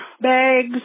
bags